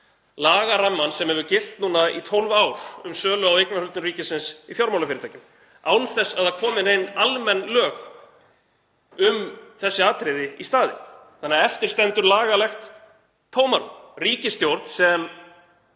lagarammann sem hefur gilt núna í 12 ár um sölu á eignarhlutum ríkisins í fjármálafyrirtækjum án þess að það komi nein almenn lög um þessi atriði í staðinn þannig að eftir stendur lagalegt tómarúm. Ríkisstjórn sem